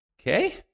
Okay